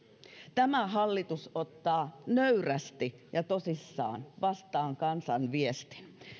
tämä hallitus ottaa nöyrästi ja tosissaan vastaan kansan viestin